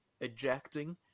ejecting